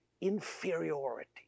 inferiority